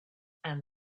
and